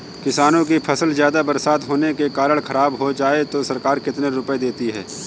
किसानों की फसल ज्यादा बरसात होने के कारण खराब हो जाए तो सरकार कितने रुपये देती है?